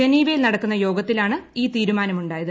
ജനീവയിൽ നടക്കുന്ന യോഗത്തിലാണ് ഈ തീരുമാനമുണ്ടായത്